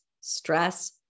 stress